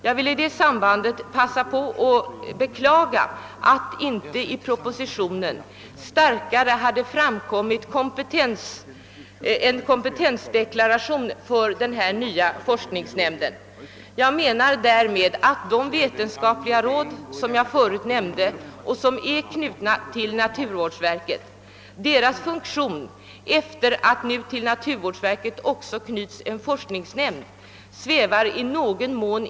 Jag vill i detta sammanhang passa på att beklaga att det i propositionen inte görs en starkare kompetensdeklaration för den nya forskningsnämnden. Sedan det nu också till naturvårdsverket knutits en forskningsnämnd svävar i någon mån de av mig förut nämnda vetenskapliga rådens funktion i luften. Dessa råd är ju redan knutna till naturvårdsverket.